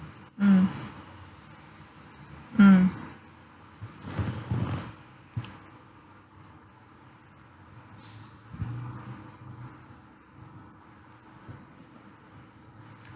mm mm